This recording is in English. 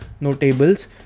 notables